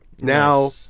Now